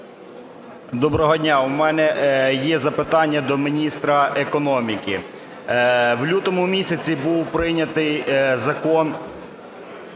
Доброго дня, в мене є запитання до міністра економіки. В лютому місяці був прийнятий закон,